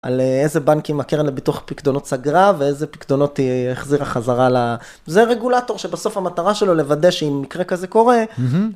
על איזה בנק עם הקרן לביטוח פקדונות סגרה ואיזה פקדונות היא החזירה חזרה לארץ... זה רגולטור שבסוף המטרה שלו לוודא שאם מקרה כזה קורה.